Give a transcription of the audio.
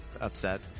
upset